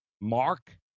mark